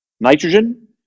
Nitrogen